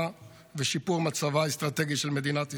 ושיפור מצבה האסטרטגי של מדינת ישראל.